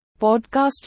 podcast